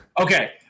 Okay